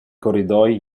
corridoi